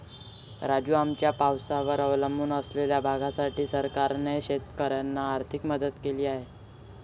राजू, आमच्या पावसावर अवलंबून असलेल्या भागासाठी सरकारने शेतकऱ्यांना आर्थिक मदत केली आहे